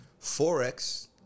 Forex